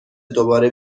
دوباره